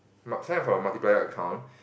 must sign up for a multiplier account